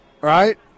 right